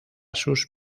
sus